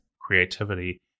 creativity